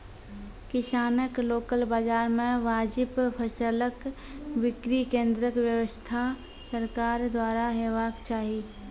किसानक लोकल बाजार मे वाजिब फसलक बिक्री केन्द्रक व्यवस्था सरकारक द्वारा हेवाक चाही?